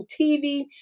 TV